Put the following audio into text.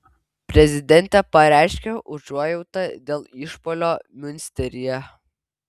prezidentė pareiškė užuojautą dėl išpuolio miunsteryje